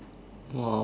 !wow!